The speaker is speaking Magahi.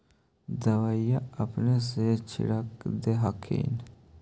दबइया अपने से छीरक दे हखिन?